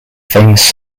famous